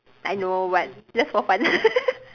I know but just for fun